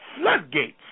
floodgates